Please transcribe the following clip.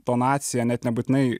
tonaciją net nebūtinai